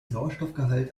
sauerstoffgehalt